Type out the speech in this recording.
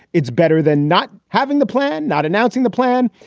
it's better than not having the plan, not announcing the plan.